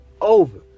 over